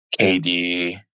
KD